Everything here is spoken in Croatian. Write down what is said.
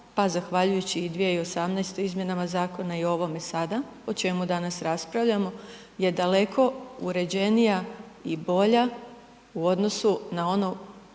pa zahvaljujući i 2018. izmjenama zakona i o ovome sada o čemu danas raspravljamo je daleko uređenija i bolja u odnosu na ono